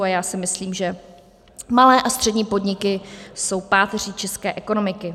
A já si myslím, že malé a střední podniky jsou páteří české ekonomiky.